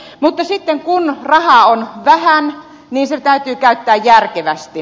mutta sitten kun rahaa on vähän se täytyy käyttää järkevästi